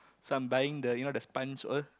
so I'm buying the you know the sponge all